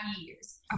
years